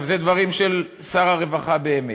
עכשיו, זה דברים של שר הרווחה באמת.